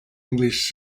english